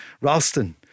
Ralston